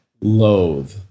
loathe